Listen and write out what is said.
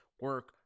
Work